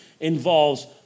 involves